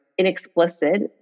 inexplicit